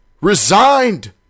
resigned